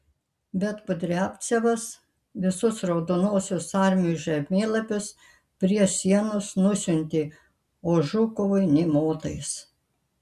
bet kudriavcevas visus raudonosios armijos žemėlapius prie sienos nusiuntė o žukovui nė motais